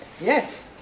Yes